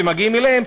ומגיעים אליהם,